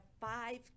five